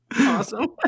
Awesome